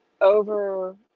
over